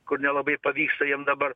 kur nelabai pavyksta jiem dabar